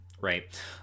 Right